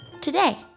Today